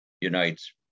unites